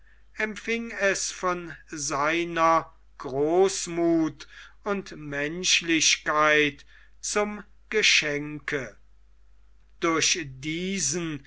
empfing es von seiner großmuth und menschlichkeit zum geschenk durch diesen